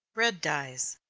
red dyes.